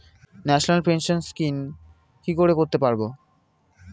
National pension scheme কি করে করতে পারব?